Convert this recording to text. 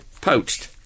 Poached